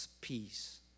peace